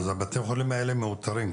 אז בתי החולים האלה מאותרים,